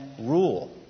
rule